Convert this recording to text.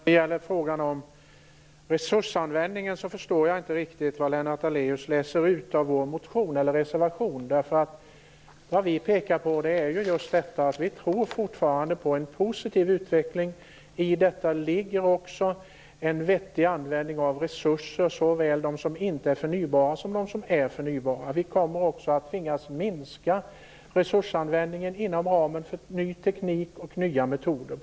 Fru talman! I fråga om resursanvändningen förstår jag inte riktigt vad Lennart Daléus läser ut av vår reservation. Vi pekar på att vi fortfarande tror på en positiv utveckling. I detta ligger också en vettig användning av resurser, såväl de icke-förnybara som de förnybara. Vi kommer också att tvingas minska resursanvändningen inom ramen för ny teknik och nya metoder.